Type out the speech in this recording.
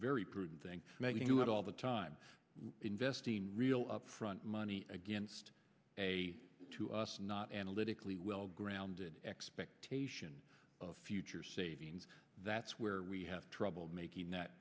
very prudent thing making it all the time investing real upfront money against a to us not analytically well grounded expectation of future savings that's where we have trouble making that